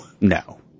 No